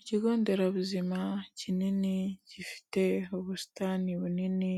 Ikigo nderabuzima kinini gifite ubusitani bunini